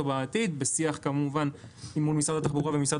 בעתיד - בשיח כמובן מול משרד התחבורה ומול משרד